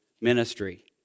ministry